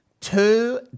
Two